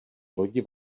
lodi